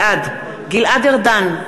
בעד גלעד ארדן,